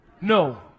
No